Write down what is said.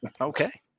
Okay